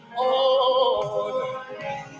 on